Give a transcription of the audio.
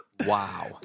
Wow